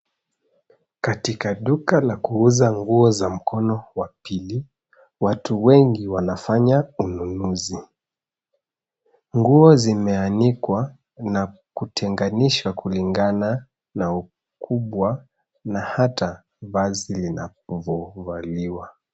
Katika duka la kuuza nguo za mkono wa pili watu wengi wanafanya ununuzi. Nguo zimeanikwa na kutegenishwa kulingana na ukubwa na hata vazi linapovaliwa.